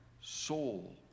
soul